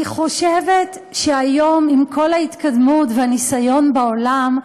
אני חושבת שהיום, עם כל ההתקדמות והניסיון בעולם,